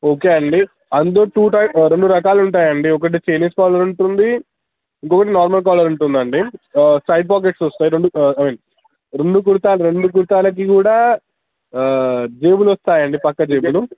okay అండి అందులో two type రెండు రకాలు ఉంటాయి అండి ఒకటి చైనీస్ కాలర్ ఉంటుంది ఇంకొకటి నార్మల్ కాలర్ ఉంటుంది అండి సైడ్ పాకెట్స్ వస్తాయి రెండు అంటే ఐమీన్ రెండు కుర్తాలు రెండు కుర్తాలకి కూడా జేబులు వస్తాయండి పక్క జేబులు